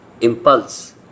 impulse